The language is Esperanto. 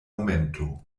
momento